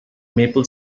maple